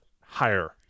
higher